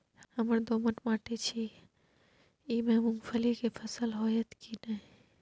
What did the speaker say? हमर दोमट माटी छी ई में मूंगफली के फसल होतय की नय?